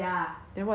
then what did you buy